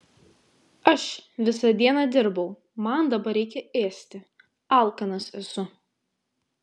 aš visą dieną dirbau man dabar reikia ėsti alkanas esu